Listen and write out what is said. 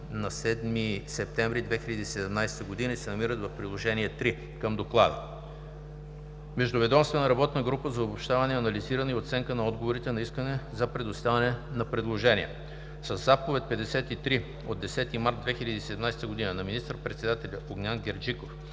на 7 септември 2017 г. и се намират в Приложение 3 към доклада. Междуведомствена работна група за обобщаване, анализиране и оценка на отговорите на Искане за предоставяне на предложения (RFP) Със Заповед № Р-53 от 10 март 2017 г. на министър-председателя Огнян Герджиков